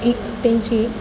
इं त्यांची